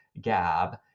Gab